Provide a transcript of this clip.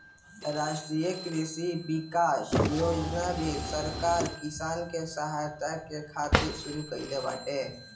राष्ट्रीय कृषि विकास योजना भी सरकार किसान के सहायता करे खातिर शुरू कईले बाटे